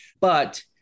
but-